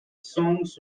songs